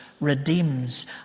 redeems